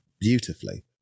beautifully